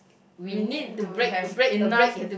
we need to have enough